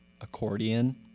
accordion